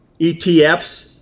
ETFs